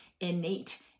innate